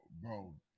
Bro